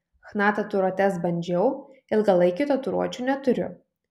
chna tatuiruotes bandžiau ilgalaikių tatuiruočių neturiu